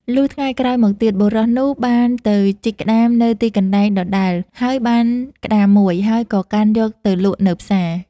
លុះថ្ងៃក្រោយមកទៀត បុរសនោះបានទៅជីកក្ដាមនៅទីកន្លែងដដែលហើយបានក្ដាមមួយ ហើយក៏កាន់យកទៅលក់នៅផ្សារ។